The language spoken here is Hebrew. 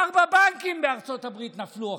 ארבעה בנקים נפלו בארצות הברית עכשיו.